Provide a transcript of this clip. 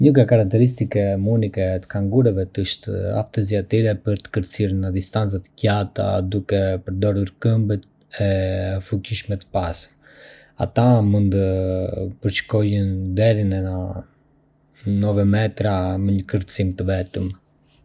Një nga karateristike më unike të kangurëve është aftësia e tyre për të kërcyer në distanca të gjata duke përdorur këmbët e fuqishme të pasme. Ata mund të përshkojnë deri në 9 metra me një kërcim të vetëm.